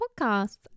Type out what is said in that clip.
podcast